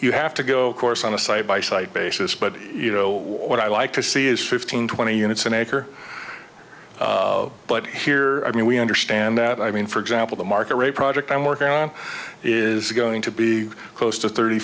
you have to go course on a site by site basis but you know what i'd like to see is fifteen twenty units an acre but here i mean we understand that i mean for example the market or a project i'm working on is going to be close to thirty